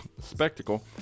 spectacle